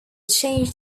change